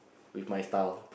with my style